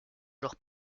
joueur